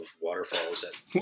waterfalls